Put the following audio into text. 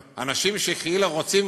זו חובה מוסרית ממדרגה ראשונה.